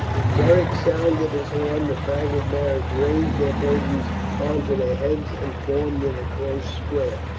when beric sounded his horn the faggot bearers raised their burdens on to their heads and formed in a close square,